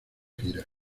giras